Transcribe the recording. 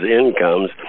incomes